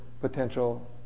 potential